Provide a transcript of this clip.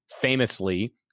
famously